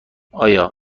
آیا